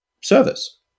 service